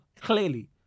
clearly